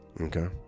okay